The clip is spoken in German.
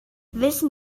wissen